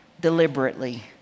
deliberately